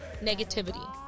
negativity